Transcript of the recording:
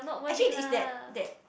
actually if that that